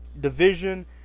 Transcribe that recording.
division